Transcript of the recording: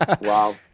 wow